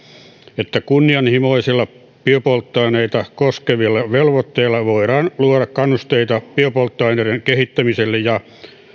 että kunnianhimoisilla biopolttoaineita koskevilla velvoitteilla voidaan luoda kannusteita biopolttoaineiden kehittämiselle ja